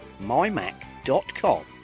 mymac.com